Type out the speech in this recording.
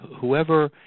whoever